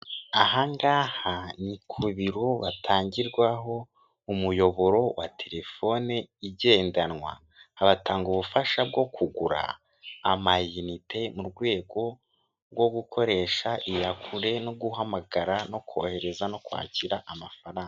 Aha ngaha ni ku biro bitangirwaho umuyoboro wa telefone igendanwa, aha batanga ubufasha bwo kugura amayinite mu rwego rwo gukoresha iyakure, no guhamagara, no kohereza, no kwakira amafaranga.